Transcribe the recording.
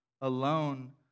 alone